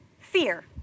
fear